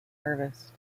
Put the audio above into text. harvest